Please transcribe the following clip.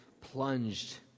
plunged